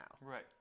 right